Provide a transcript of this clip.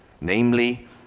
namely